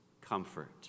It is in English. comfort